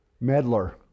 meddler